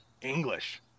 English